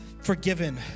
Forgiven